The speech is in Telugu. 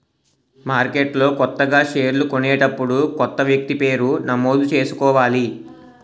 మార్కెట్లో కొత్తగా షేర్లు కొనేటప్పుడు కొత్త వ్యక్తి పేరు నమోదు చేసుకోవాలి